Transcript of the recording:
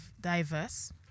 diverse